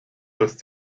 lässt